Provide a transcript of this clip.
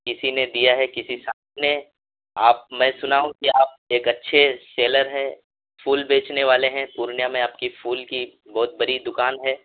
کسی نے دیا ہے کسی صاحب نے آپ میں سنا ہوں کہ آپ ایک اچھے سیلر ہیں پھول بیچنے والے ہیں پورنیہ میں آپ کی پھول کی بہت بڑی دکان ہے